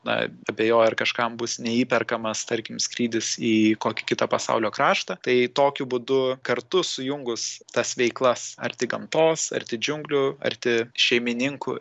na abejoju ar kažkam bus neįperkamas tarkim skrydis į kokį kitą pasaulio kraštą tai tokiu būdu kartu sujungus tas veiklas arti gamtos arti džiunglių arti šeimininkų